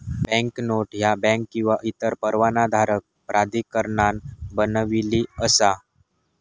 banknote ह्या bank किंवा इतर परवानाधारक प्राधिकरणान बनविली असा